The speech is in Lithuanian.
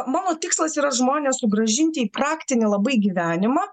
mano tikslas yra žmones sugrąžinti į praktinį labai gyvenimą